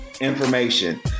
information